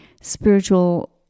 spiritual